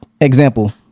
example